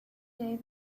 day